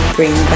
Bring